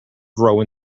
grow